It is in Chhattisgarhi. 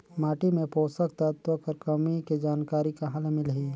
माटी मे पोषक तत्व कर कमी के जानकारी कहां ले मिलही?